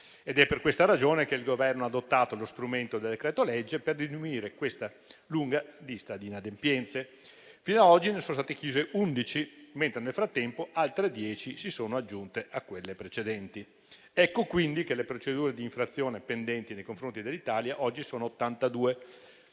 È per questa ragione che il Governo ha adottato lo strumento del decreto-legge: per diminuire questa lunga lista di inadempienze. Fino ad oggi ne sono state chiuse 11, mentre nel frattempo altre 10 si sono aggiunte a quelle precedenti. Ecco quindi che le procedure di infrazione pendenti nei confronti dell'Italia oggi sono 82,